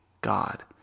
God